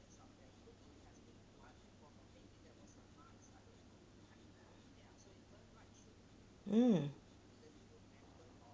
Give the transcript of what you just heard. mm